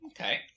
Okay